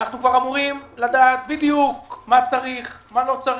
ואנחנו כבר אמורים לדעת בדיוק מה צריך מה לא צריך,